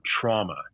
trauma